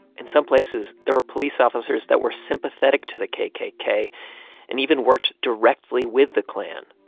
in some places, there were police officers that were sympathetic to the kkk and even worked directly with the klan.